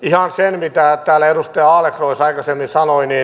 ihan siihen mitä täällä edustaja adlercreutz aikaisemmin sanoi